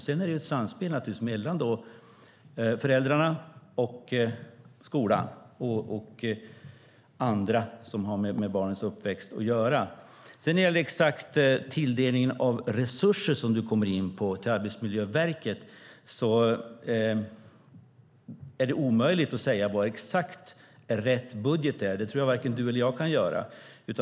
Sedan är det ett samspel mellan föräldrarna och skolan och andra som har med barns uppväxt att göra. När det gäller tilldelningen av resurser till Arbetsmiljöverket, som du kommer in på, är det omöjligt att säga vad som är exakt rätt budget. Det kan varken du eller jag göra.